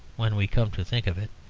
when we come to think of it,